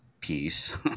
piece